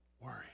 worry